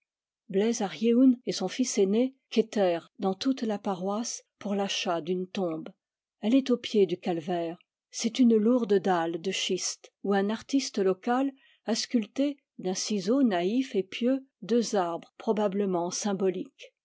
bleiz ar yeun et son fils aîné quêtèrent dans toute la paroisse pour l'achat d'une tombe elle est au pied du calvaire c'est une lourde dalle de schiste où un artiste local a sculpté d'un ciseau naïf et pieux deux arbres probablement symboliques